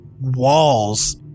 walls